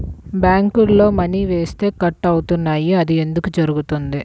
బ్యాంక్లో మని వేస్తే కట్ అవుతున్నాయి అది ఎందుకు జరుగుతోంది?